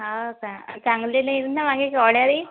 हो का चांगले नेईल ना वांगे का वडाळी